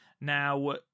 Now